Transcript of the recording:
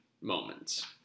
moments